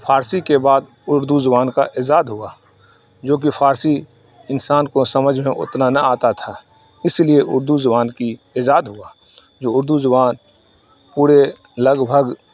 فارسی کے بعد اردو زبان کا ایجاد ہوا جو کہ فارسی انسان کو سمجھنا اتنا نہ آتا تھا اس لیے اردو زبان کی ایجاد ہوا جو اردو زبان پورے لگ بھگ